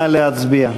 נא להצביע.